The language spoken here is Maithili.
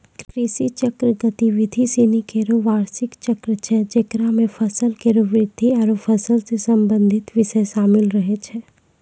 कृषि चक्र गतिविधि सिनी केरो बार्षिक चक्र छै जेकरा म फसल केरो वृद्धि आरु फसल सें संबंधित बिषय शामिल रहै छै